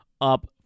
up